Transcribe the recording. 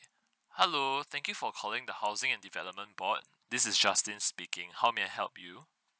hello thank you for calling the housing and development board this is justin speaking how may I help you